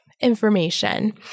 information